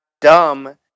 dumb